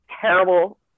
terrible